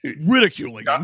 ridiculing